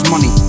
Money